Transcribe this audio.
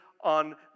on